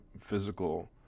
physical